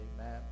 Amen